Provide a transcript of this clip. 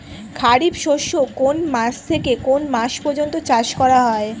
খারিফ শস্য কোন মাস থেকে কোন মাস পর্যন্ত চাষ করা হয়?